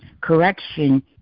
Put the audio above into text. Correction